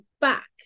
back